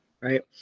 right